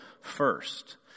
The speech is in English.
first